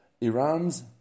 Iran's